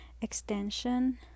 extension